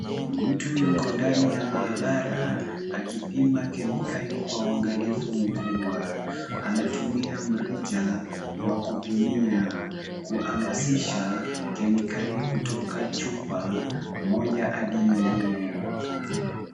Mtu yuko ndani ya maabara, akipima kemikali kwa uangalifu mkubwa. Anatumia mrija wa kupimia, kuhamasisha kemikali kutoka chupa moja hadi nyingine.